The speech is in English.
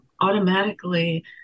automatically